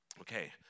Okay